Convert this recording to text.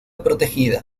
protegida